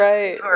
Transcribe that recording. Right